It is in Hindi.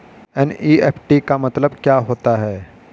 एन.ई.एफ.टी का मतलब क्या होता है?